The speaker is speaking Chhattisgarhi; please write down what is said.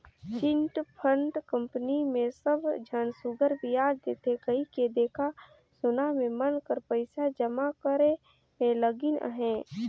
चिटफंड कंपनी मे सब झन सुग्घर बियाज देथे कहिके देखा सुना में मन कर पइसा जमा करे में लगिन अहें